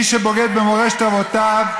מי שבוגד במורשת אבותיו,